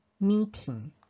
meeting